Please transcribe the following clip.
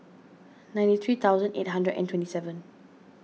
ninety three thousand eight hundred and twenty seven